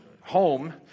home